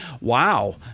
Wow